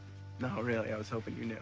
no, really, i was hoping you knew.